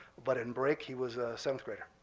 but in break, he was a seventh grader.